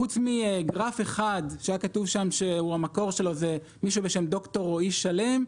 חוץ מגרף אחד שהיה כתוב שם שהמקור שלו זה מישהו בשם ד"ר רועי שלם,